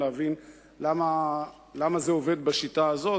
להבין למה זה עובד בשיטה הזאת,